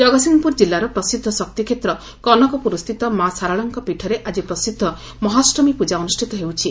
ଜଗତସିଂହପୁର ଜିଲ୍ଲାର ପ୍ରସିଦ୍ଧ ଶକ୍ତିକ୍ଷେତ୍ର କନକପୁରସ୍ଛିତ ମା' ଶାରଳାଙ୍କ ପୀଠରେ ଆଜି ପ୍ରସିଦ୍ଧ ମହାଷ୍ଟମୀ ପୂଜା ଅନୁଷିତ ହେଉଛି